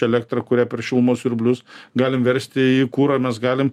elektrą kurią per šilumos siurblius galim versti į kurą mes galim